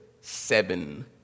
seven